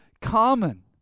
common